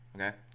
okay